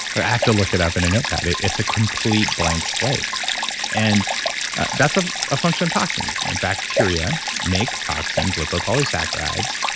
i have to look it up in a notepad. it's a complete blank slate and that's ah a function of toxins. you know bacteria make toxins, lipopolysaccharides.